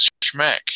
Schmack